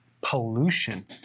Pollution